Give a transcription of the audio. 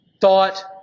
thought